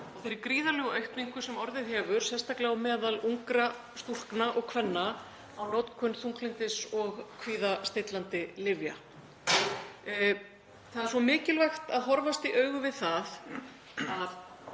þeirri gríðarlegu aukningu sem orðið hefur, sérstaklega meðal ungra stúlkna og kvenna á notkun þunglyndis- og kvíðastillandi lyfja. Það er svo mikilvægt að horfast í augu við það að